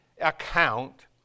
account